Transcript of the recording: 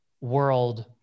world